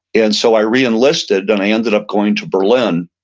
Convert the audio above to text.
and so i reenlisted and i ended up going to berlin.